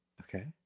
Okay